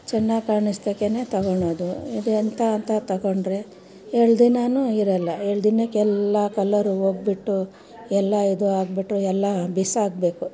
ಚೆನ್ನಾಗ್ ಕಾಣಿಸ್ದಕ್ಕೆ ತಗೊಳೋದು ಇದು ಎಂತ ಅಂತ ತೊಗೊಂಡರೆ ಎರಡು ದಿನ ಇರಲ್ಲ ಎರಡು ದಿನಕ್ಕೆ ಎಲ್ಲ ಕಲ್ಲರ್ ಹೋಗ್ಬಿಟ್ಟು ಎಲ್ಲ ಇದು ಆಗಿಬಿಟ್ಟು ಎಲ್ಲ ಬಿಸಾಕಬೇಕು